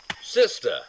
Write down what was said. Sister